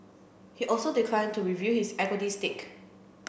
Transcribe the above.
he also declined to reveal his equity stake